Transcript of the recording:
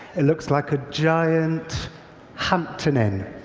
it looks like a giant hampton inn.